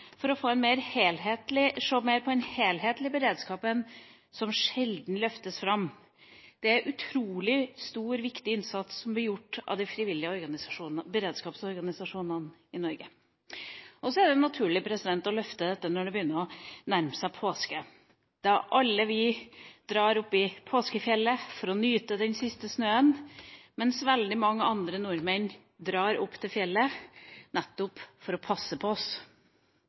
som sjelden løftes fram. Det er en utrolig stor og viktig innsats som blir gjort av de frivillige beredskapsorganisasjonene i Norge. Det er også naturlig å løfte fram dette når det nærmer seg påske, når vi alle drar opp i påskefjellet for å nyte den siste snøen, mens veldig mange andre nordmenn drar opp til fjellet for å passe på oss